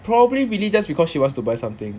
probably really just because she wants to buy something